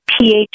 pH